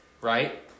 right